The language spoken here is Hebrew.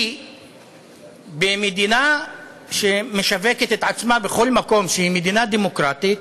כי במדינה שמשווקת את עצמה בכל מקום שהיא מדינה דמוקרטית,